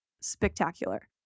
spectacular